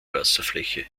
wasserfläche